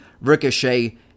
Ricochet